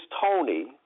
Tony